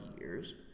years